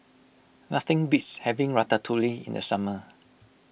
nothing beats having Ratatouille in the summer